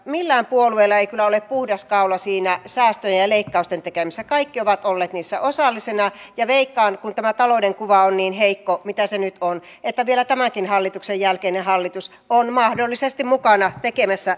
millään puolueella ei kyllä ole puhdas kaula siinä säästöjen ja leik kausten tekemisessä kaikki ovat olleet niissä osallisina ja veikkaan kun tämä talouden kuva on niin heikko kuin mitä se nyt on että vielä tämänkin hallituksen jälkeinen hallitus on mahdollisesti mukana tekemässä